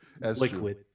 liquid